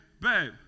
babe